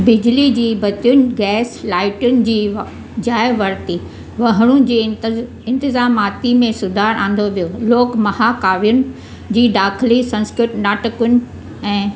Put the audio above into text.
बिजली जी बतियुनि गैस लाइटियुनि जी जाए वरिती वहिणु जे इंतिज़ामाति में सुधार आंदो वियो लोक महाकाव्युनि जी दाख़िली संस्कृत नाटकुनि ऐं